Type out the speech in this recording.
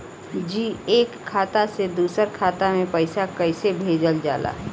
जी एक खाता से दूसर खाता में पैसा कइसे भेजल जाला?